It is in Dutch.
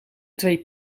twee